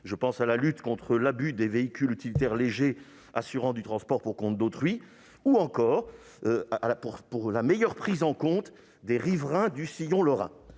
Je pense à la lutte contre l'abus des véhicules utilitaires légers assurant du transport pour le compte d'autrui, ou encore à la meilleure prise en compte des riverains du sillon lorrain.